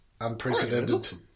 unprecedented